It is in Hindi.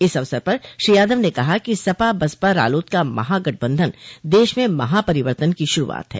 इस अवसर पर श्री यादव ने कहा कि सपा बसपा रालोद का महा गठबंधन देश में महा परिवर्तन की शुरूआत है